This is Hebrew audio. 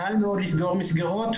קל מאוד לסגור מסגרות,